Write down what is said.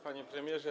Panie Premierze!